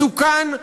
מסוכן,